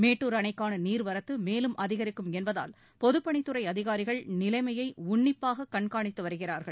மேட்டுர் அணைக்காள நீர்வரத்து மேலும் அதிகரிக்கும் என்பதால் பொதுப்பணித் துறை அதிகாரிகள் நிலைமையை உன்னிப்பாக கண்காணித்து வருகிறார்கள்